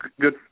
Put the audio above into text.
Good